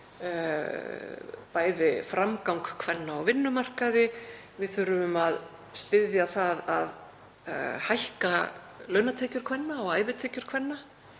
við framgang kvenna á vinnumarkaði. Við þurfum að styðja það að hækka launatekjur kvenna og ævitekjur kvenna